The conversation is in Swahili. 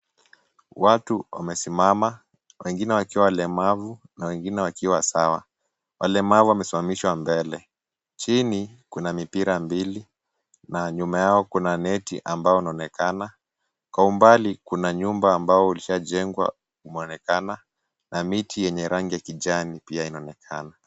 Watu wamesimama , wengine wakiwa walemavu na wengine wakiwa sawa. Walemavu wamesimamishwa mbele. Chini kuna mipira mbili na nyuma yao kuna neti ambao unaonekana, kwa umbali kuna nyumba ambayo ishajengwa inaonekana, na miti yenye rangi ya kijani pia inaonekana.